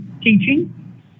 teaching